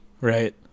right